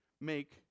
make